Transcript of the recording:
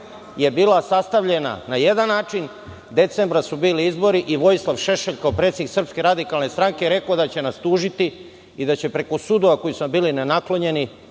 je bila sastavljena na jedan način, decembra su bili izbori i Vojislav Šešelj, kao predsednik SRS, je rekao da će nas tužiti i da će preko sudova, koji su nam bili nenaklonjeni…